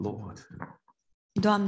Lord